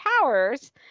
powers